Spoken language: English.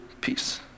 peace